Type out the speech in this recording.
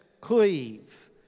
cleave